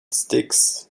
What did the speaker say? sticks